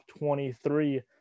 23